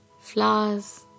flowers